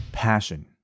passion